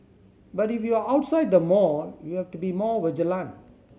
but if you are outside the mall you have to be more vigilant